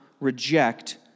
reject